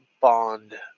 bond